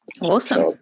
Awesome